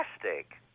fantastic